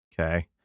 Okay